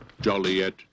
Joliet